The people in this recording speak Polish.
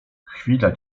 chwila